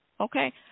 Okay